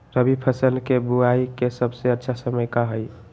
रबी फसल के बुआई के सबसे अच्छा समय का हई?